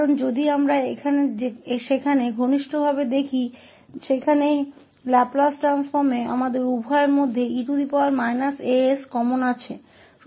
क्योंकि अगर हम वहाँ पर करीब से नज़र डालें तो लैपलेस ट्रांसफ़ॉर्म वहाँ हम दोनों में e as समान हैं